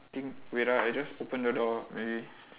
think wait ah I just open the door maybe